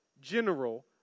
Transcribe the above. General